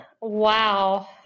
Wow